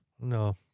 No